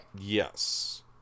Yes